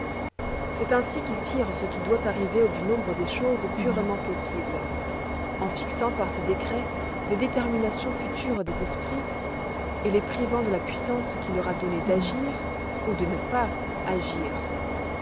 c'est ainsi qu'il tire ce qui doit arriver du nombre des choses purement possibles en fixant par ses décrets les déterminations futures des esprits et les privant de la puissance qu'il leur a donnée d'agir ou de ne pas agir